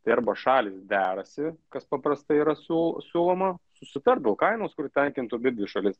tai arba šalys derasi kas paprastai yra siū siūloma susitart dėl kainos kuri tenkintų abidvi šalis